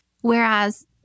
Whereas